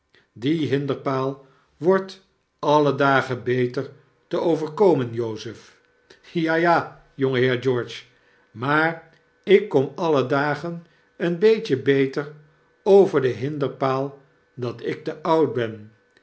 die hinderpaal wordt alle dagen beter te overkomen jozef w ja ja jongeheer george maar ik kom alle dagen een beetje beter over den hinderpaal dat ik te oud ben